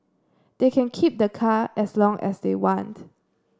they can keep the car as long as they want